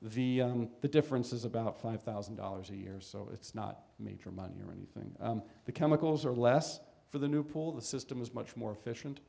the the difference is about five thousand dollars a year so it's not major money or anything the chemicals are less for the new pool the system is much more efficient